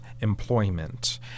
employment